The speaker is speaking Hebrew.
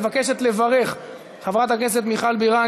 מבקשת לברך חברת הכנסת מיכל בירן,